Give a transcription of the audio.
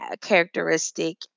characteristic